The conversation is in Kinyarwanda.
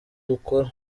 dukora